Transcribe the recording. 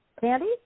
Candy